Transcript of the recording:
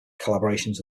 collaborations